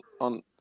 on